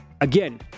again